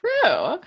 true